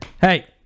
Hey